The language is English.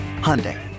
Hyundai